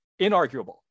inarguable